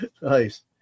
nice